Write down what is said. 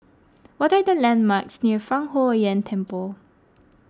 what are the landmarks near Fang Huo Yuan Temple